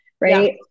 Right